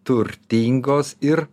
turtingos ir